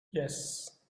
yes